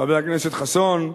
חבר הכנסת חסון,